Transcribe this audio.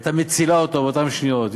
והייתה מצילה אותו באותן שניות,